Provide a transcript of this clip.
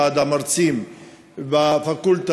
ועד המרצים בפקולטה,